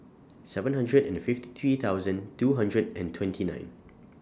seven hundred and fifty three thousand two hundred and twenty nine